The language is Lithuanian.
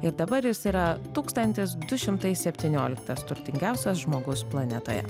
ir dabar jis yra tūkstantis du šimtai septynioliktas turtingiausias žmogus planetoje